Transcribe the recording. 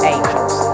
Angels